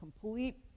complete